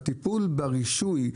הטיפול ברישוי,